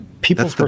People